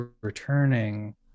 returning